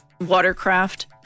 watercraft